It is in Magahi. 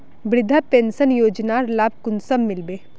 वृद्धा पेंशन योजनार लाभ कुंसम मिलबे?